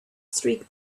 streak